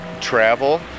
travel